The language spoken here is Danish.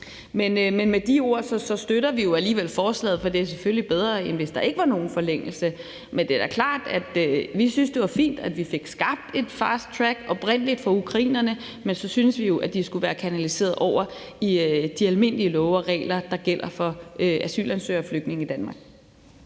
Men med de ord støtter vi jo alligevel forslaget, for det er selvfølgelig bedre, end hvis der ikke var nogen forlængelse. Det er da klart, at vi synes, det var fint, at vi oprindelig fik skabt et fasttrack til ukrainerne, men så synes vi jo, at det skulle være kanaliseret over i de almindelige love og regler, der gælder for asylansøgere og flygtninge i Danmark.